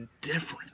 different